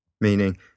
meaning